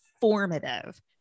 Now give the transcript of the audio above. formative